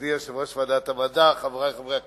ידידי יושב-ראש ועדת המדע, חברי חברי הכנסת,